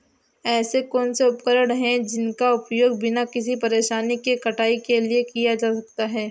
ऐसे कौनसे उपकरण हैं जिनका उपयोग बिना किसी परेशानी के कटाई के लिए किया जा सकता है?